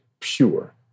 pure